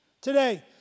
today